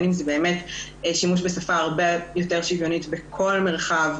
אם זה באמת שימוש בשפה הרבה יותר שוויונית בכל מרחב,